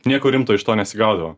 nieko rimto iš to nesigaudavo